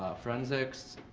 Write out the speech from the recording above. forensics,